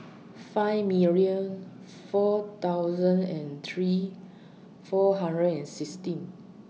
five million four thousand and three four hundred and sixteen